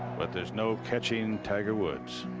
but there's no catching tiger woods.